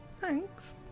thanks